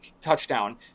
touchdown